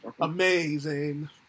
Amazing